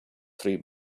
three